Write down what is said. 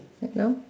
hello